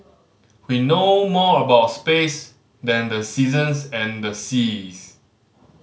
we know more about space than the seasons and the seas